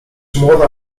młoda